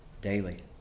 daily